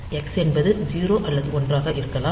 x என்பது 0 அல்லது 1 ஆக இருக்கலாம்